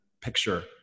picture